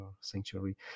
sanctuary